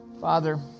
Father